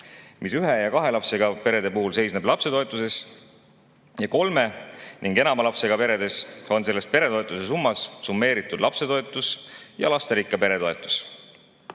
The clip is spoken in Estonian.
mis ühe ja kahe lapsega perede puhul seisneb lapsetoetuses ja kolme ja enama lapsega peredes on selles peretoetuse summas summeeritud lapsetoetus ja lasterikka pere toetus.